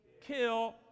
kill